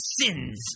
sins